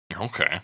Okay